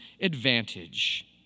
advantage